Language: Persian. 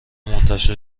منتشر